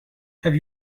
have